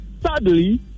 sadly